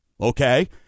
okay